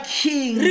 king